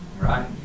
Right